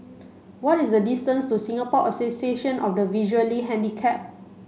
what is the distance to Singapore Association of the Visually Handicapped